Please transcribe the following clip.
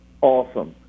awesome